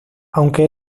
aunque